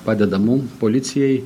padedamų policijai